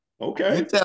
Okay